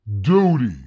Duty